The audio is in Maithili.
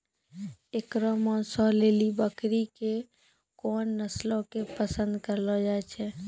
एकरो मांसो लेली बकरी के कोन नस्लो के पसंद करलो जाय छै?